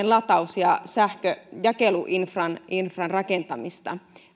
lataus ja jakeluinfran rakentamisen